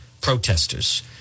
protesters